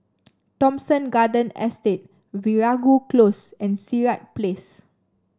Thomson Garden Estate Veeragoo Close and Sirat Place